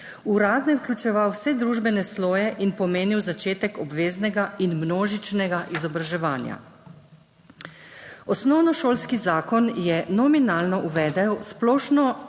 Uradno je vključeval vse družbene sloje in pomenil začetek obveznega in množičnega izobraževanja. Osnovnošolski zakon je nominalno uvedel splošno